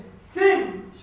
sin